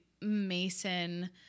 Mason